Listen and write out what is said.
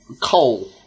Coal